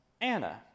Anna